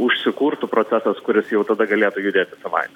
užsikurtų procesas kuris jau tada galėtų judėti savaime